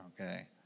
okay